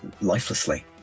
lifelessly